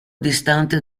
distante